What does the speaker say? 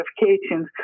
notifications